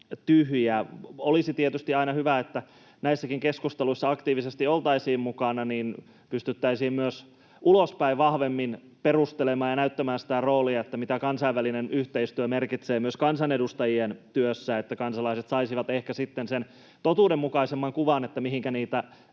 Olisi tietysti aina hyvä, että näissäkin keskusteluissa aktiivisesti oltaisiin mukana, niin että pystyttäisiin myös ulospäin vahvemmin perustelemaan ja näyttämään sitä roolia, mitä kansainvälinen yhteistyö merkitsee myös kansanedustajien työssä, että kansalaiset saisivat ehkä sitten totuudenmukaisemman kuvan siitä, mihinkä niitä